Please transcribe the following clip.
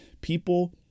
people